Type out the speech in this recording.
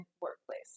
workplace